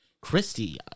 Christy